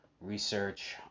research